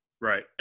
right